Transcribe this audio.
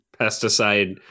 pesticide